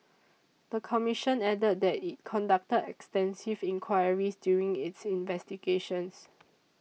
the commission added that it conducted extensive inquiries during its investigations